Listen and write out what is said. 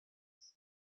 ads